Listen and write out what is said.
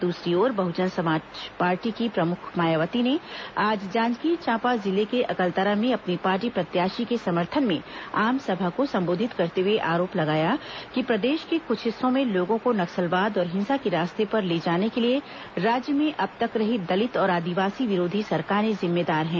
दूसरी ओर बहुजन समाज पार्टी की प्रमुख मायावती ने आज जांजगीर चांपा जिले के अकलतरा में अपनी पार्टी प्रत्याशी के समर्थन में आमसभा को संबोधित करते हुए आरोप लगाया कि प्रदेश के कुछ हिस्सों में लोगों को नक्सलवाद और हिंसा के रास्ते पर ले जाने के लिए राज्य में अब तक रही दलित और आदिवासी विरोधी सरकारें जिम्मेदार हैं